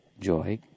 joy